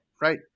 right